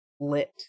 lit